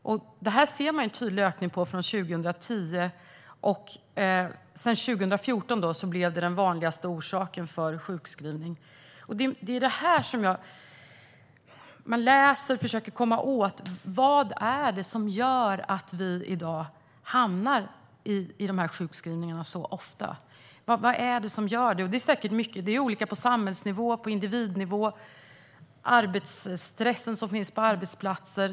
Man ser en tydlig ökning för detta från 2010, och sedan 2014 är detta den vanligaste orsaken till sjukskrivning. Man läser och försöker komma åt vad det är som gör att vi i dag hamnar i dessa sjukskrivningar så ofta. Det beror säkert på olika saker på samhällsnivå, på individnivå och på stressen som finns på arbetsplatser.